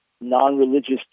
non-religious